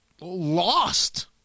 lost